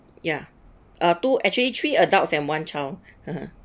ya uh two actually three adults and one child